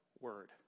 word